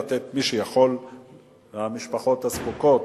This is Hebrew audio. לתת למי שיכול מהמשפחות הזקוקות